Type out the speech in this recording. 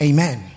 Amen